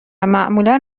معمولا